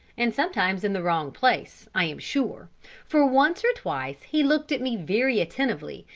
and sometimes in the wrong place, i am sure for once or twice he looked at me very attentively,